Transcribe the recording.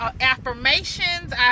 affirmations